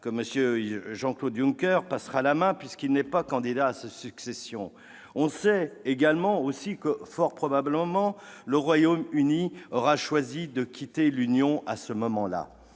que M. Jean-Claude Juncker passera la main puisqu'il n'est pas candidat à sa succession. On sait aussi que, fort probablement, le Royaume-Uni aura choisi de quitter l'Union européenne à